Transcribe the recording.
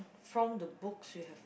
from the books you have